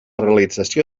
realització